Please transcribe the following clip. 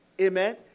Amen